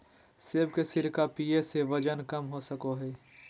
सेब के सिरका पीये से वजन कम हो सको हय